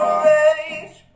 rage